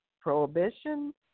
prohibition